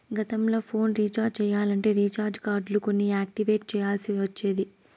గతంల phone recharge చెయ్యాలంటే recharge కార్డులు కొని యాక్టివేట్ చెయ్యాల్ల్సి ఒచ్చేది